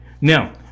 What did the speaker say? now